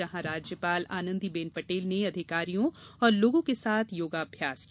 जहां राज्यपाल आनंदी बेन पटेल ने अधिकारियों और लोगों के साथ योगाभ्यास किया